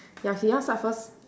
ya you want start first